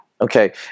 Okay